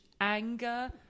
anger